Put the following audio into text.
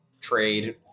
trade